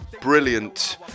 brilliant